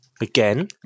again